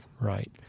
Right